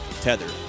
Tether